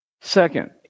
Second